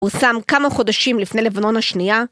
‫הוא שם כמה חודשים לפני לבנון השנייה